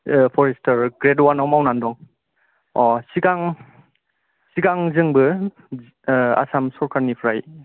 forester grade वानाव मावनानै दं अ' सिगां सिगां जोंबो आसाम सरखारनिफ्राइ